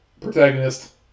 protagonist